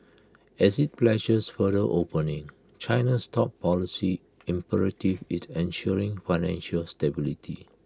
as IT pledges further opening China's top policy imperative is ensuring financial stability